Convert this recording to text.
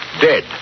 dead